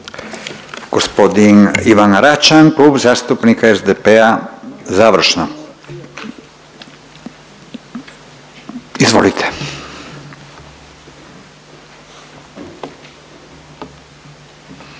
Gospodin Marko Pavić Klub zastupnika HDZ-a završno. Izvolite.